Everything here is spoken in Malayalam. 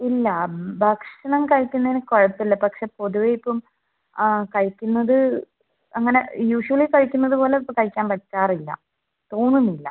ഇല്ല ഭക്ഷണം കഴിക്കുന്നതിന് കുഴപ്പമില്ല പക്ഷേ പൊതുവേ ഇപ്പം കഴിക്കുന്നത് അങ്ങനെ യൂഷ്വലി കഴിക്കുന്നത് പോലെ ഇപ്പോൾ കഴിക്കാൻ പറ്റാറില്ല തോന്നുന്നില്ല